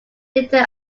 data